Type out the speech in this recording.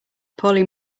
poorly